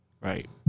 Right